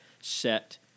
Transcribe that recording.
set